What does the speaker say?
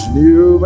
new